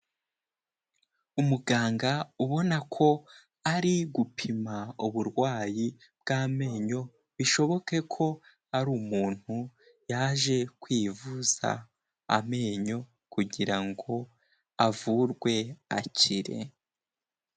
Umuganga ubona ko ari gupima uburwayi bw'amenyo, bishoboke ko ari umuntu yaje kwivuza amenyo kugira ngo avurwe akire.